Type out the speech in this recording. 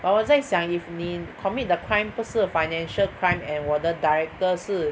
but 我在想 if 你 commit 的 crime 不是 financial crime and 我的 director 是